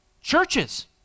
churches